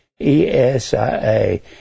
E-S-I-A